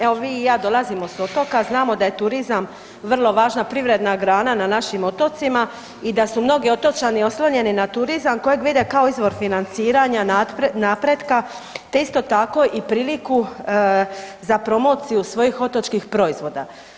Evo vi i ja dolazimo s otoka, znamo da je turizam vrlo važna privredna grana na našim otocima i da su mnogi otočani oslonjeni na turizam kojeg vide kao izvor financiranja, napretka, te isto tako i priliku za promociju svojih otočkih proizvoda.